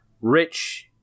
rich